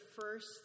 first